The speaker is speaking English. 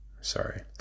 Sorry